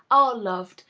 are loved,